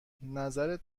نظرت